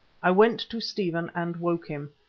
i went to stephen and woke him.